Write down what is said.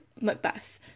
Macbeth